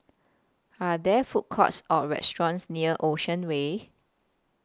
Are There Food Courts Or restaurants near Ocean Way